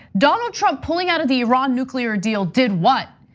donald trump pulling out of the iran nuclear deal did what?